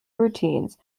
routines